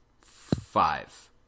five